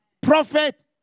Prophet